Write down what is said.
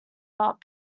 not